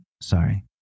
sorry